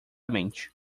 mente